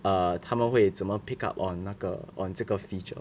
err 他们会怎么 pick up on 那个 on 这个 feature